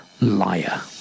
liar